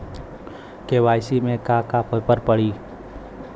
KYC में का का पेपर लगी?